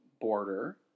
border